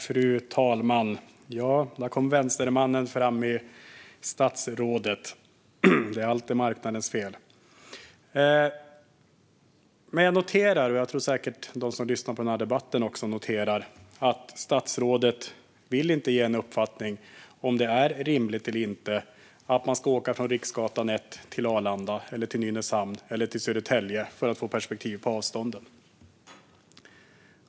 Fru talman! Där kom vänstermannen fram i statsrådet. Det är alltid marknadens fel. Jag, och säkert även de som lyssnar på debatten, noterar att statsrådet inte vill ge sin uppfattning om det är rimligt eller inte att åka från Riksgatan 1 till Arlanda, Nynäshamn eller Södertälje.